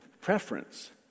preference